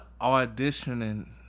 auditioning